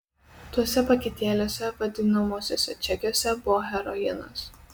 tuose paketėliuose vadinamuosiuose čekiuose buvo heroinas